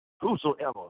whosoever